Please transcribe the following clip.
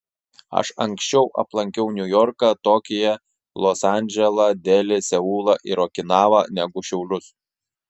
aš anksčiau aplankiau niujorką tokiją los andželą delį seulą ir okinavą negu šiaulius